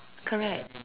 correct